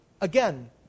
again